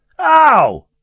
Ow